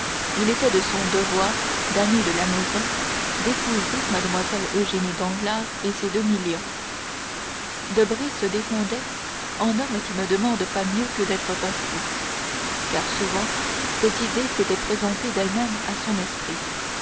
il était de son devoir d'ami de la maison d'épouser mlle eugénie danglars et ses deux millions debray se défendait en homme qui ne demande pas mieux que d'être vaincu car souvent cette idée s'était présentée d'elle-même à son esprit